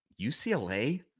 UCLA